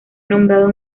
nombrado